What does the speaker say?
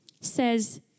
says